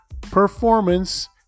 performance